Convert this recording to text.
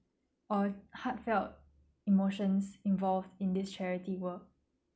or heart felt emotions involved in this charity work